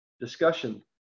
discussion